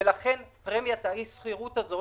לכן פרמיית האי סחירות הזאת